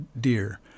deer